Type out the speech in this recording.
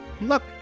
Look